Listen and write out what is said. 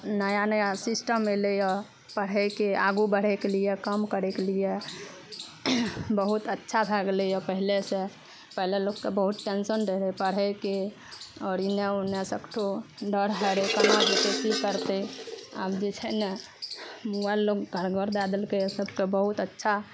नया नया सिस्टम अयलै पढ़ैके आगू बढ़ैके लिए काम करैके लिए बहुत अच्छा भए गेलै पहिले से पहिले लोकके बहुत टेंशन रहै पढ़यके आओर इन्ने उन्ने सको डर होइ कन्ने जेतै की करतै आब जे छै ने घर दए देलकय सबके बहुत अच्छा